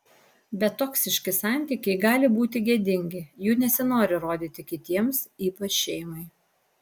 bet toksiški santykiai gali būti gėdingi jų nesinori rodyti kitiems ypač šeimai